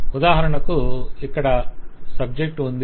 ఉదాహరణకు ఇక్కడ సబ్జెక్ట్ ఉంది